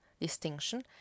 distinction